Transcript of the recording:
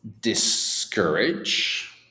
discourage